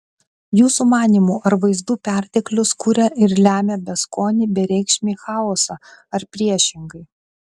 jūsų manymu ar vaizdų perteklius kuria ir lemia beskonį bereikšmį chaosą ar priešingai